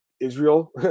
Israel